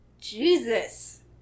Jesus